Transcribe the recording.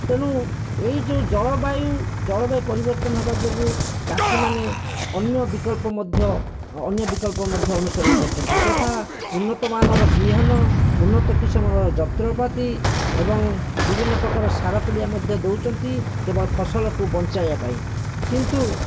ତେଣୁ ଏହି ଯେଉଁ ଜଳବାୟୁ ଜଳବାୟୁ ପରିବର୍ତ୍ତନ ହେବା ଯୋଗୁଁ ଚାଷୀମାନେ ଅନ୍ୟ ବିକଳ୍ପ ମଧ୍ୟ ଅନ୍ୟ ବିକଳ୍ପ ମଧ୍ୟ ଅନୁସରଣ କରୁଛନ୍ତି ଯଥା ଉନ୍ନତ ମାନର ବିହନ ଉନ୍ନତ କିଷମର ଯନ୍ତ୍ରପାତି ଏବଂ ବିଭିନ୍ନ ପ୍ରକାର ସାର ପିଡ଼ିଆ ମଧ୍ୟ ଦେଉଛନ୍ତି କେବଳ ଫସଲକୁ ବଞ୍ଚେଇବା ପାଇଁ କିନ୍ତୁ